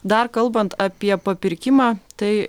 dar kalbant apie papirkimą tai